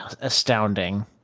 astounding